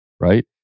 Right